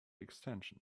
extension